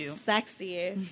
sexy